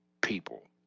people